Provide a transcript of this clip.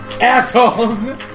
assholes